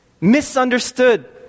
misunderstood